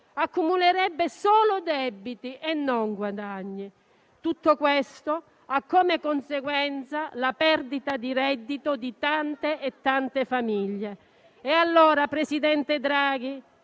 accumulerebbe solo debiti e non guadagni. Tutto questo ha come conseguenza la perdita di reddito di tante e tante famiglie. E allora, presidente Draghi,